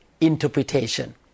interpretation